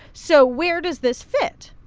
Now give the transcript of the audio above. so where does this fit?